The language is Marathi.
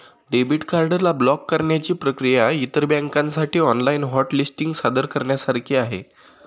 डेबिट कार्ड ला ब्लॉक करण्याची प्रक्रिया इतर बँकांसाठी ऑनलाइन हॉट लिस्टिंग सादर करण्यासारखी आहे